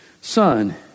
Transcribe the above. Son